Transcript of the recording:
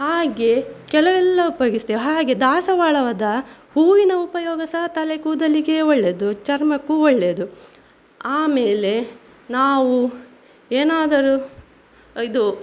ಹಾಗೆ ಕೆಲವೆಲ್ಲ ಉಪಯೋಗಿಸ್ತೇವೆ ಹಾಗೆ ದಾಸವಾಳವದ ಹೂವಿನ ಉಪಯೋಗ ಸಹ ತಲೆ ಕೂದಲಿಗೆ ಒಳ್ಳೆಯದು ಚರ್ಮಕ್ಕೂ ಒಳ್ಳೆಯದು ಆಮೇಲೆ ನಾವು ಏನಾದರು ಇದು